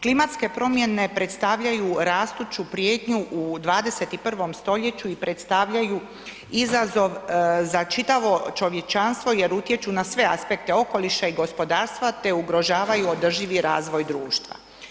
Klimatske promjene predstavljaju rastuću prijetnju u 21. st. i predstavljaju izazov za čitavo čovječanstvo jer utječu na sve aspekte okoliša i gospodarstva te ugrožavaju održivi razvoj društva.